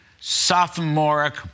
sophomoric